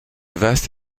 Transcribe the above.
vastes